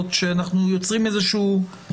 כי אנחנו רק מסמנים את מה צריך להידון בסיבוב הבא.